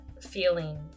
feeling